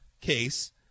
case